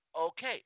okay